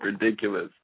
ridiculous